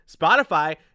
Spotify